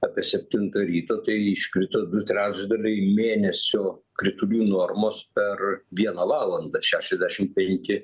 apie septintą ryto tai iškrito du trečdaliai mėnesio kritulių normos per vieną valandą šešiasdešimt penki